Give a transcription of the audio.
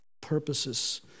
purposes